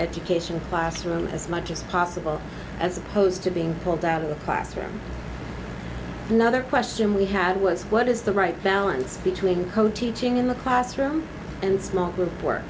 education classroom as much as possible as opposed to being pulled out of the classroom another question we had was what is the right balance between co teaching in the classroom and small group wor